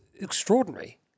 extraordinary